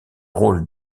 rôle